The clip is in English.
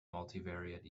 multivariate